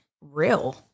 real